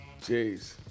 Jeez